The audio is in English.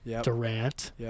Durant